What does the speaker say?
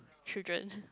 children